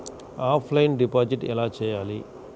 Offline deposit ఎలా చేయాలి?